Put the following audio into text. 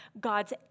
God's